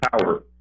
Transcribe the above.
power